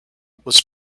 was